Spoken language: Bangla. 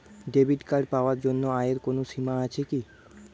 ডেবিট কার্ড পাওয়ার জন্য আয়ের কোনো সীমা আছে কি?